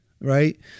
Right